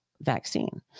vaccine